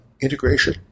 integration